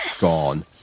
gone